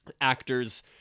actors